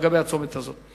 לגבי הצומת הזה.